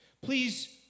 Please